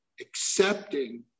accepting